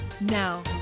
Now